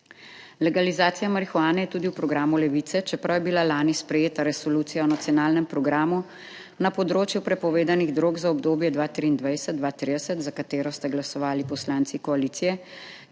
Legalizacija marihuane je tudi v programu Levice. Čeprav je bila lani sprejeta resolucija o nacionalnem programu na področju prepovedanih drog za obdobje 2023- 2030, za katero ste glasovali poslanci koalicije,